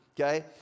Okay